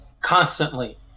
constantly